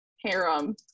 harem